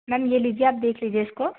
ma'am ये लीजिए आप देख लीजिए इसको